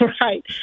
right